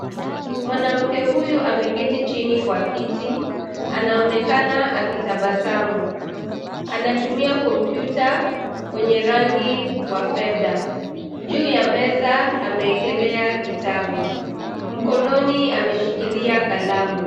Mwanamke huyu ameketi chini kwa kiti, anaonekana akitabasamu, anatumia kompyuta, wenye rangi, wa fedha, juu ya meza ameekelea, kitabu, mkononi ameshikilia kalamu.